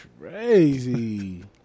crazy